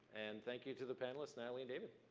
and thank you to the panelists, natalie and david.